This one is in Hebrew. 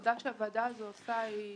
שהעבודה שהוועדה הזאת עושה היא